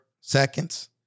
seconds